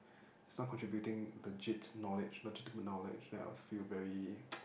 it's not contributing legit knowledge legitimate knowledge then I'll feel very